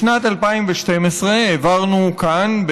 בשנת 2012 העברנו כאן,